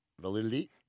Validity